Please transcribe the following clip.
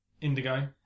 Indigo